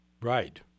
Right